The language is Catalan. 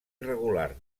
irregular